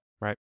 right